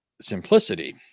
simplicity